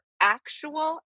actual